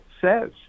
says